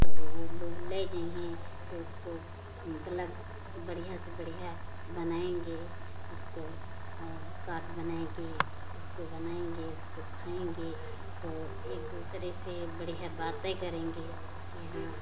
तो वह लोग ले जइहें तो उसको मतलब बढ़िया से बढ़िया बनाएँगे उसको और काट बना कर उसको बनाएँगे उसको खाएँगे तो एक दूसरे से बढ़िया बातें करेंगे कि हाँ